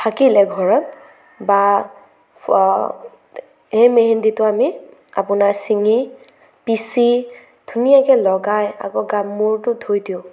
থাকিলে ঘৰত বা সেই মেহেণ্ডিটো আমি অপোনাৰ চিঙি পিছি ধুনীয়াকে লগাই আকৌ গা মূৰটো ধুই দিওঁ